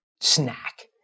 snack